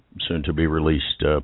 soon-to-be-released